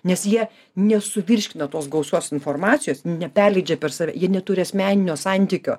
nes jie nesuvirškina tos gausos informacijos neperleidžia per save ji neturi asmeninio santykio